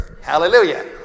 Hallelujah